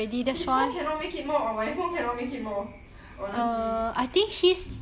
his phone cannot make it more or my phone cannot make it more honestly